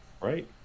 Right